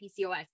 PCOS